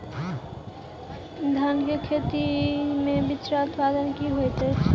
धान केँ खेती मे बिचरा उत्पादन की होइत छी?